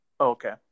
Okay